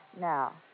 Now